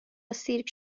سیرک